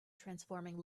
transforming